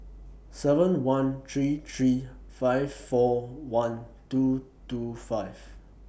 seven one three three five four one two two five